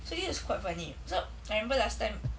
so this is quite funny so I remember last time